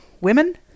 women